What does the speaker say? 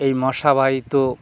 এই মশাবাহিত